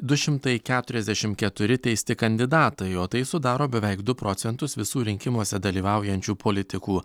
du šimtai keturiasdešimt keturi teisti kandidatai o tai sudaro beveik du procentus visų rinkimuose dalyvaujančių politikų